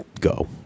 go